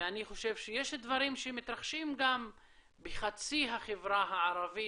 אני חושב שיש דברים שמתרחשים גם בחצי החברה הערבית,